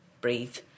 breathe